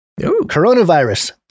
Coronavirus